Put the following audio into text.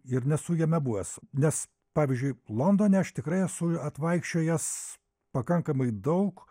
ir nesu jame buvęs nes pavyzdžiui londone aš tikrai esu atvaikščiojęs pakankamai daug